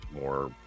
more